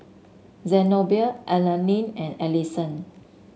Zenobia Alani and Allison